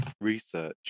research